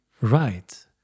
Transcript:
right